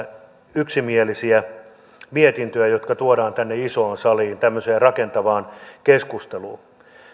yksimielisiä mietintöjä jotka tuodaan tänne isoon saliin tämmöiseen rakentavaan keskusteluun